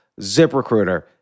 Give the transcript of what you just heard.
ZipRecruiter